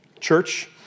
church